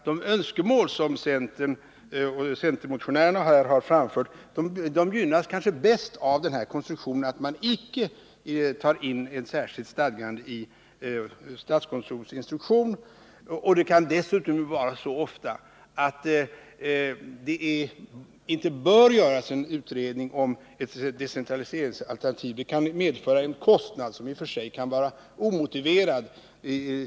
De önskemål som centermotionärerna har framfört gynnas kanske bäst av att man icke tar in ett särskilt stadgande i statskontorets instruktion. Det kan dessutom ofta vara så att det inte bör göras en utredning om ett decentraliseringsalternativ, därför att det skulle medföra en kostnad som i och för sig vore omotiverad.